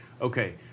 Okay